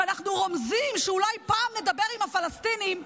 שאנחנו רומזים שאולי פעם נדבר עם הפלסטינים,